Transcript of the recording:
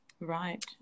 Right